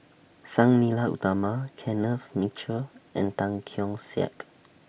Sang Nila Utama Kenneth Mitchell and Tan Keong Saik